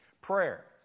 Prayer